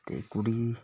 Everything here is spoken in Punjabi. ਅਤੇ ਕੁੜੀ